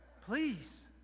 Please